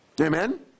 amen